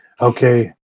okay